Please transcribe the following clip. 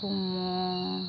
sumo